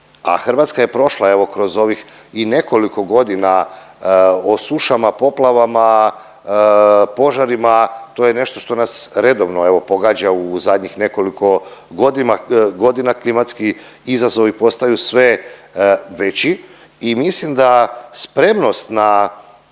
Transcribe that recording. Hrvatske je prošla evo kroz ovih i nekoliko godina o sušama, poplavama, požarima. To je nešto što nas redovno evo pogađa u zadnjih nekoliko godina. Klimatski izazovi postaju sve veći i mislim da spremnost na